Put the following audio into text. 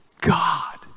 God